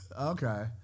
Okay